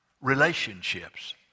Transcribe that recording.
relationships